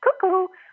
cuckoo